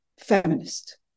feminist